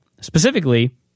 Specifically